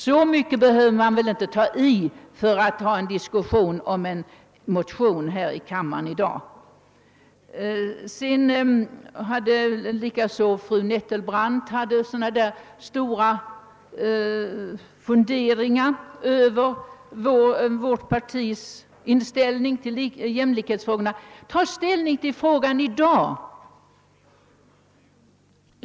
Egentligen skulle man väl inte behöva ta i så här för att här i kammaren diskutera en motion om jämlikhet. Även fru Nettelbrandt hade många funderingar om vårt partis inställning till jämlikhetsfrågorna. Men ta ställning till den fråga det i dag gäller!